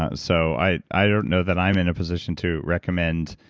ah so i i don't know that i'm and a position to recommend,